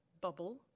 bubble